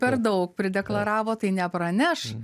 per daug prideklaravot tai nepraneš